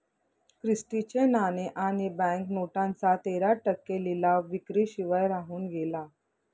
Christie चे नाणे आणि बँक नोटांचा तेरा टक्के लिलाव विक्री शिवाय राहून गेला